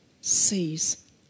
sees